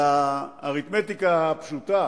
על האריתמטיקה הפשוטה